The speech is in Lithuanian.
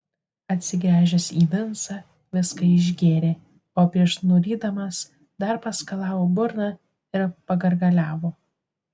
atsigręžęs į vincą viską išgėrė o prieš nurydamas dar paskalavo burną ir pagargaliavo